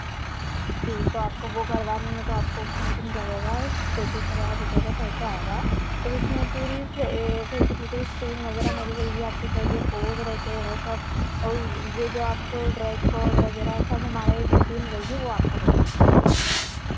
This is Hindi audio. जी तो आपको वो करवानी है तो आपको समथिंग लगेगा पैंतीस हजार रुपये का खर्चा आएगा और उसमें पूरी ये फै़सेलिटीज़ टीम वगैरह मेरी रहेगी आपके जो जो पोज़ रहते हैं वो सब और जो जो आपको ड्रेस कोड वगैरह सब हमारा ये जो टीम रहेगी वो आपको बताएगी